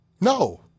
No